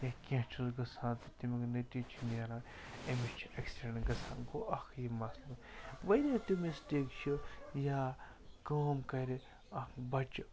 یا کیٚنٛہہ چھُس گژھان تہٕ تَمیُک نٔتیٖجہٕ چھِ نیران أمِس چھُ اٮ۪کسِڈٮ۪نٛٹ گژھان گوٚو اَکھ یہِ مسلہٕ واریاہ تِم مِسٹیک چھِ یا کٲم کَرِ اَکھ بَچہٕ